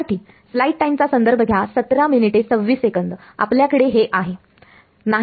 विद्यार्थी आपल्याकडे हे आहे